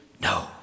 No